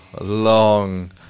long